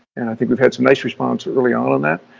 and i think we've had some nice response early on on that.